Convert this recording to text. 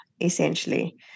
Essentially